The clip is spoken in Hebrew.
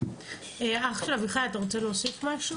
אח של אביחי, אתה רוצה להוסיף משהו?